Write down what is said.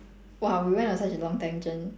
!wah! we went on such a long tangent